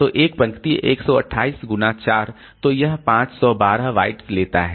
तो एक पंक्ति 128 गुणा 4 तो वह 512 बाइट्स लेता है